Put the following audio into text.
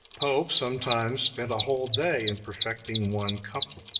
pope sometimes spent a whole day in perfecting one couplet.